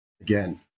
again